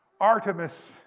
Artemis